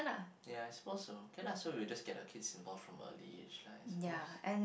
ya I suppose so kay lah so we'll just get our kids involved form early age lah I suppose